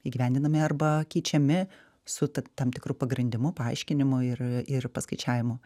įgyvendinami arba keičiami su ta tam tikru pagrindimu paaiškinimu ir ir paskaičiavimu